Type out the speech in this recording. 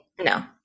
No